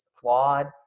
flawed